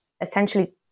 essentially